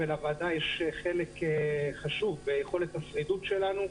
ויש אפשרות שבשעת לילה מאוחרת במדינה מסוימת קיבלו החלטה